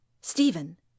Stephen